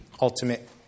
ultimate